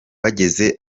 bageze